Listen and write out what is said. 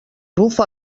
bufa